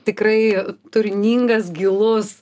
tikrai turiningas gilus